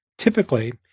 Typically